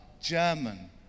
German